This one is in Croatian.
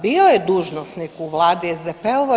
Bio je dužnosnik u vladi SDP-ovoj.